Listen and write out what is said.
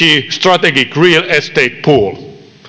strategic real estate pool